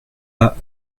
pas